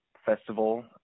Festival